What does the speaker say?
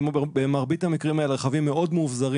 במרבית המקרים אלה רכבים מאוד מאובזרים